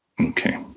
Okay